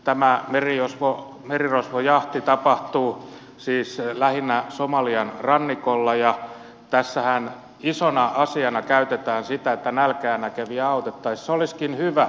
tämä merirosvojahti tapahtuu siis lähinnä somalian rannikolla ja tässähän isona asiana käytetään sitä että nälkää näkeviä autettaessa se olisikin hyvä